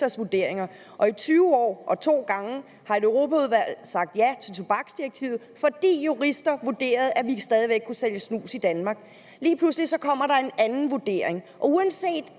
juristers vurderinger. To gange på 20 år har Europaudvalget sagt ja til tobaksdirektivet, fordi jurister vurderede, at vi stadig væk kunne sælge snus i Danmark. Lige pludselig kommer der en anden vurdering, og uanset